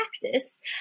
practice